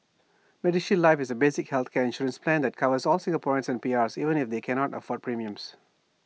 medishield life is A basic healthcare insurance plan that covers all Singaporeans and PR'seven if they cannot afford premiums